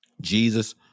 Jesus